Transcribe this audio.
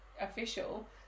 official